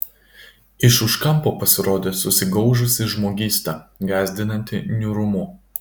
iš už kampo pasirodė susigaužusi žmogysta gąsdinanti niūrumu